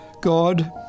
God